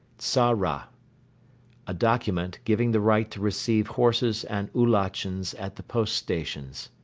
tzara a document, giving the right to receive horses and oulatchens at the post stations.